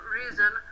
reason